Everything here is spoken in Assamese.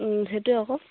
সেইটো আকৌ